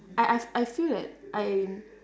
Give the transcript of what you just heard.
I I I feel that I